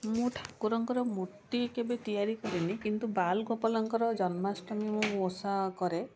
ମୁଁ ଠାକୁରଙ୍କର ମୂର୍ତ୍ତି କେବେ ତିଆରି କରିନି କିନ୍ତୁ ବାଲ ଗୋପାଲ ଜନ୍ମାଷ୍ଟମୀ ମୁଁ ଓଷା କରେ